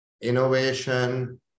innovation